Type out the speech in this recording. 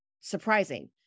surprising